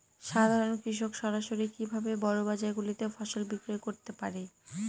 সাধারন কৃষক সরাসরি কি ভাবে বড় বাজার গুলিতে ফসল বিক্রয় করতে পারে?